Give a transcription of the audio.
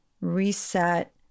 reset